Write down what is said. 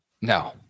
No